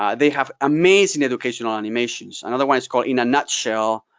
um they have amazing education on animations. another one is called in a nutshell,